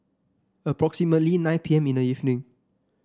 approximately nine P M in the evening